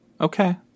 Okay